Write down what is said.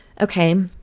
okay